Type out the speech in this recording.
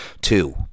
two